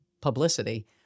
publicity